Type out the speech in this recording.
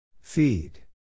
Feed